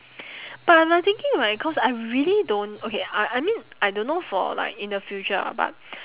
but I'm like thinking like cause I really don't okay I I mean I don't know for like in the future ah but